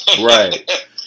Right